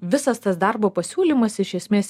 visas tas darbo pasiūlymas iš esmės